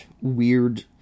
weird